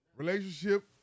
Relationship